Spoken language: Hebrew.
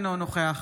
אינו נוכח